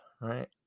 right